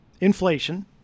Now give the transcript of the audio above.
inflation